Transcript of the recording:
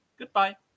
Goodbye